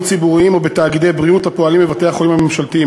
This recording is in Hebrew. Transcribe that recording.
ציבוריים או בתאגידי בריאות הפועלים בבתי-החולים הממשלתיים.